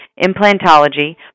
implantology